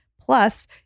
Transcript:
Plus